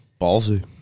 Ballsy